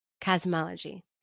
cosmology